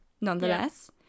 nonetheless